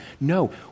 No